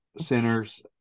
centers